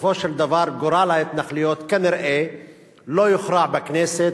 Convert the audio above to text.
בסופו של דבר גורל ההתנחלויות כנראה לא יוכרע בכנסת,